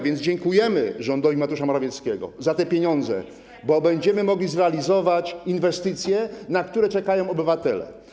Więc dziękujemy rządowi Mateusza Morawieckiego za te pieniądze, bo będziemy mogli zrealizować inwestycje, na które czekają obywatele.